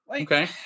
Okay